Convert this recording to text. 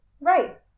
Right